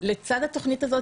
לצד התוכנית הזו,